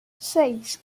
seis